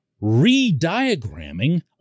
re-diagramming